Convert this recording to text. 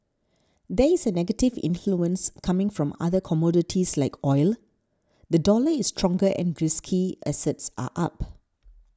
there is a negative influence coming from other commodities like oil the dollar is stronger and risky assets are up